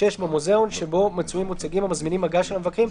במוזיאון שבו מצויים מוצגים המזמינים מגע של המבקרים,